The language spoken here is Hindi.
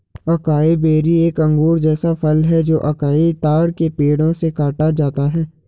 अकाई बेरी एक अंगूर जैसा फल है जो अकाई ताड़ के पेड़ों से काटा जाता है